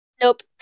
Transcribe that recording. Nope